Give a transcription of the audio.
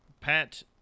Pat